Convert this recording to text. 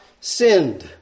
sinned